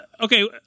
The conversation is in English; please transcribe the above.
okay